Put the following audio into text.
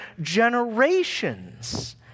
generations